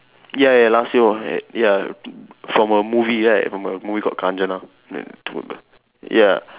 ya ya last year was ya from a movie right from a movie called Kanchana ya two ya